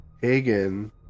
hagen